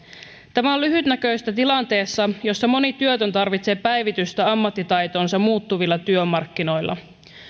tämä on lyhytnäköistä tilanteessa jossa moni työtön tarvitsee päivitystä ammattitaitoonsa muuttuvilla työmarkkinoilla